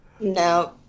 No